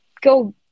go